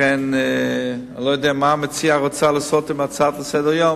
אני לא יודע מה המציעה רוצה לעשות עם ההצעה לסדר-יום,